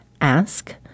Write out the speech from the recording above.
ask